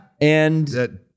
And-